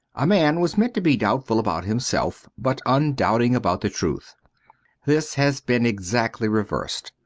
a man was meant to be doubtful about himself, but undoubting about the truth this has been exactly reversed.